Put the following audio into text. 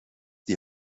die